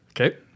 Okay